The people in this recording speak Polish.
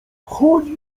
wchodzi